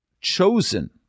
chosen